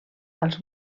als